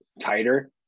tighter